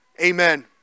Amen